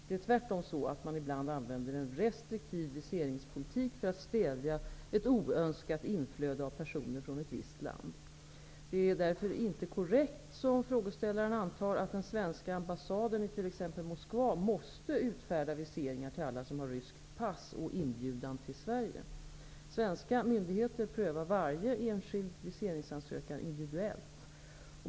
Det är tvärtom så, att man ibland använder en restriktiv viseringspolitik för att stävja ett oönskat inflöde av personer från ett visst land. Det är därför inte korrekt, som frågeställaren antar, att den svenska ambassaden i t.ex. Moskva måste utfärda viseringar till alla som har ryskt pass och inbjudan från Sverige. Svenska myndigheter prövar varje enskild viseringsansökan individuellt.